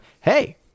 hey